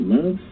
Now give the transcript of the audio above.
Love